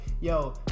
yo